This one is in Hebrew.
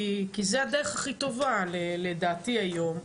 כי זה הדרך הכי טובה לדעתי היום,